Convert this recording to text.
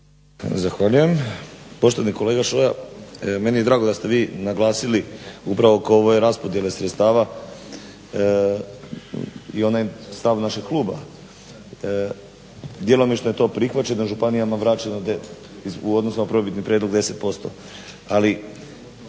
Zahvaljujem. Poštovani kolega Šoja, meni je drago da ste vi naglasili upravo oko ove raspodjele sredstava i onaj stav našeg kluba. Djelomično je to prihvaćeno, a županijama vraćeno u odnosu na prvobitni prijedlog 10%.